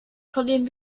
verlieren